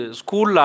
School